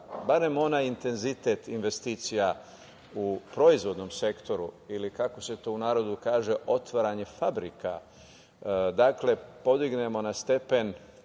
barem onaj intenzitet investicija u proizvodnom sektoru ili kako se to u narodu kaže otvaranje fabrika, podignemo na stepen